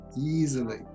easily